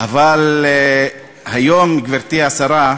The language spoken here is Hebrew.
אבל היום, גברתי השרה,